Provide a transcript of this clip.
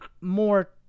more